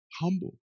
humble